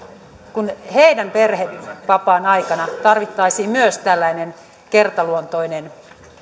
kun heidän perhevapaansa aikana tarvittaisiin myös tällainen kertaluontoinen